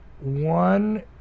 one